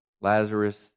Lazarus